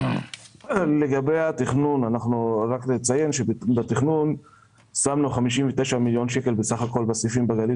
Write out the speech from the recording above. לגבי התכנון נציין שבתכנון שמנו 59 מיליון שקלים בסך הכול בסעיפים בגליל